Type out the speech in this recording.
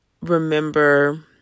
remember